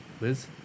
Liz